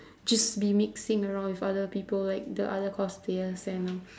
just be mixing around with other people like the other cosplayers and um